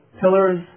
pillars